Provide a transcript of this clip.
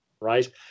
Right